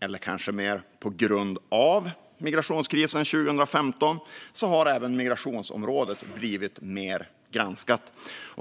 eller kanske mer på grund av, migrationskrisen 2015 har även migrationsområdet blivit mer granskat.